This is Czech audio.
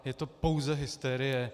Je to pouze hysterie.